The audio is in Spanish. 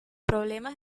problemas